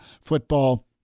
football